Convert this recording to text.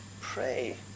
pray